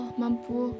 mampu